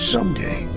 Someday